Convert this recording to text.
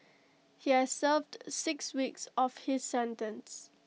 he has served six weeks of his sentence